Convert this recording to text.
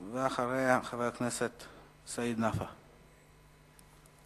ואחריה, חבר הכנסת סעיד נפאע.